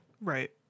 Right